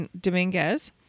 Dominguez